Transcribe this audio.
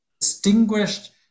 distinguished